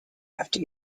after